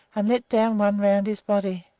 and let down one around his body.